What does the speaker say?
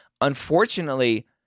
Unfortunately